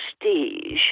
prestige